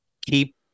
keep